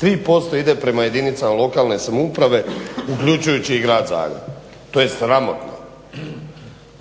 3% ide prema jedinicama lokalne samouprave uključujući i Grad Zagreb. To je sramotno.